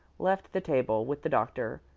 left the table with the doctor,